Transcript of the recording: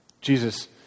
Jesus